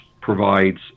provides